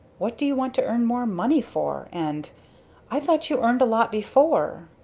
what do you want to earn more money for? and i thought you earned a lot before.